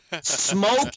Smoke